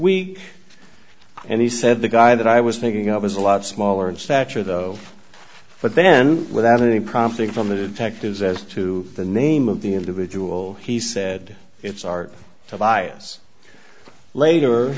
week and he said the guy that i was thinking of is a lot smaller in stature though but then without any prompting from the detectives as to the name of the individual he said it's art tobias later